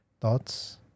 thoughts